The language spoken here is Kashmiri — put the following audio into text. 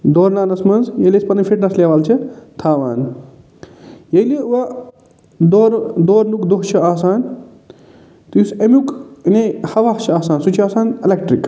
دورناونَس منٛز ییٚلہِ أسۍ پَنٕنۍ فِٹنٮ۪س لیوَل چھِ تھاوان ییٚلہِ وٕ دورٕ دورنُک دۄہ چھِ آسان تہٕ یُس أمیُک یعنی کہ یُس ہوا چھِ آسان سُہ چھِ آسان اٮ۪لَکٹرک